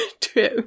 True